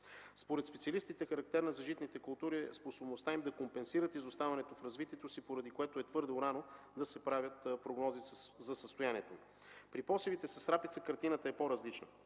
Според специалистите характерна за житните култури е способността им да компенсират изоставането в развитието си, поради което е твърде рано да се правят прогнози за състоянието. При посевите с рапица картината е по-различна.